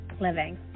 living